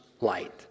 light